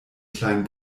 kleinen